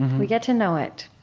we get to know it,